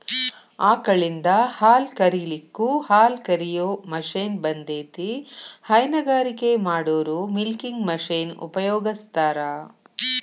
ಆಕಳಿಂದ ಹಾಲ್ ಕರಿಲಿಕ್ಕೂ ಹಾಲ್ಕ ರಿಯೋ ಮಷೇನ್ ಬಂದೇತಿ ಹೈನಗಾರಿಕೆ ಮಾಡೋರು ಮಿಲ್ಕಿಂಗ್ ಮಷೇನ್ ಉಪಯೋಗಸ್ತಾರ